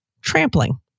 Trampling